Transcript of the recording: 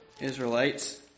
Israelites